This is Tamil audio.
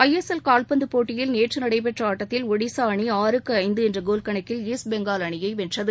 ஐ எஸ் எல் கால்பந்து போட்டியில் நேற்று நடைபெற்ற ஆட்டத்தில் ஒடிசா அணி ஆறுக்கு ஐந்து என்ற கோல் கணக்கில் ஈஸ்ட் பெங்கால் அணியை வென்றது